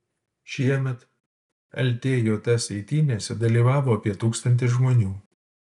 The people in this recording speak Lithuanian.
šiemet ltjs eitynėse dalyvavo apie tūkstantis žmonių